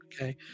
okay